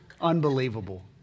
Unbelievable